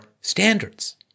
standards